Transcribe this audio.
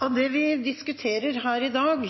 av det vi diskuterer i dag,